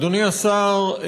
אדוני השר,